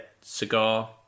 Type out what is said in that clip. Cigar